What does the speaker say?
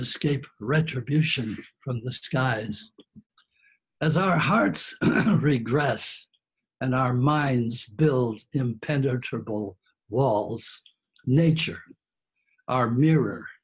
escape retribution from the skies as our hearts regress and our minds built impenetrable walls nature our mirror